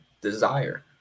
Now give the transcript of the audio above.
desire